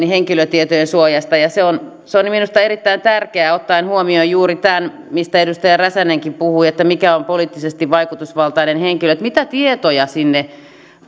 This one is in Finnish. ja henkilötietojen suojasta ja se on se on minusta erittäin tärkeää ottaen huomioon juuri tämä mistä edustaja räsänenkin puhui kuka on poliittisesti vaikutusvaltainen henkilö mitä tietoja sinne